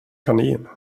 kanin